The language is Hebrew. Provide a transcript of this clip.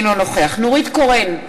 אינו נוכח נורית קורן,